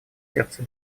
сердце